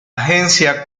agencia